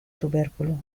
tubérculo